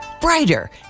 brighter